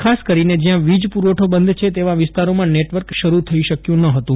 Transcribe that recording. ખાસ કરીને જ્યાં વીજ પુરવઠો બંધ છે તેવા વિસ્તારોમાં નેટવર્ક શરૂ થઈ શકવું ન હતું